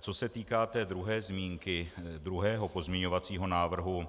Co se týká druhé zmínky, druhého pozměňovacího návrhu,